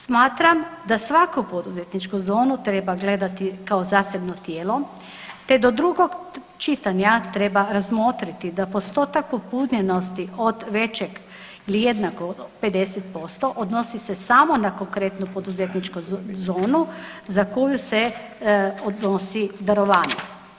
Smatram da svaku poduzetničku zonu treba gledati kao zasebno tijelo, te do drugog čitanja treba razmotriti da postotak popunjenosti od većeg ili jednako 50% odnosi se samo na konkretnu poduzetničku zonu za koju se odnosi darovanje.